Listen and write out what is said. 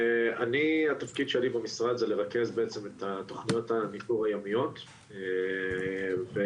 התפקיד שלי במשרד זה לרכז בעצם את תוכניות הניתור הימיות ומה